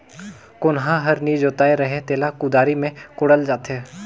कोनहा हर नी जोताए रहें तेला कुदारी मे कोड़ल जाथे